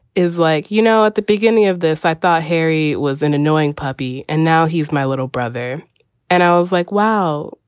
is like, you know, at the beginning of this, i thought harry was an annoying puppy. and now he's my little brother and i was like, wow,